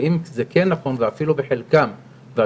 אם זה נכון אפילו באופן חלקי,